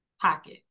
pocket